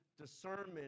discernment